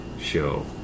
show